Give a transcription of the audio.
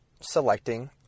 selecting